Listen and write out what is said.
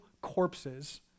corpses